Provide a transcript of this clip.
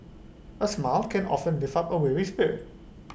A smile can often lift up A weary spirit